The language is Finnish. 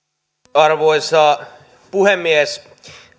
arvoisa puhemies